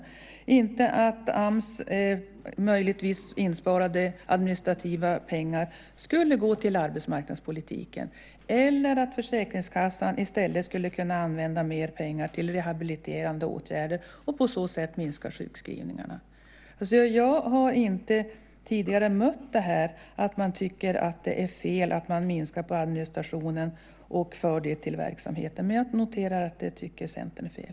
Han tycker inte att Ams möjligtvis insparade administrationspengar skulle gå till arbetsmarknadspolitiken eller att Försäkringskassan i stället skulle kunna använda mer pengar till rehabiliterande åtgärder och på så sätt minska sjukskrivningarna. Jag har inte tidigare mött den inställningen att man tycker att det är fel att minska på administrationen och föra medlen till verksamheten, men jag noterar att Centern tycker att detta är fel.